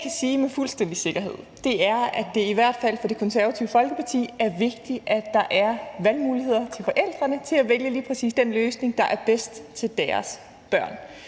Det, jeg kan sige med fuldstændig sikkerhed, er, at det i hvert fald for Det Konservative Folkeparti er vigtigt, at der er valgmuligheder til forældrene til at vælge lige præcis den løsning, der er bedst for deres børn.